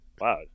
Wow